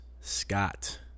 Scott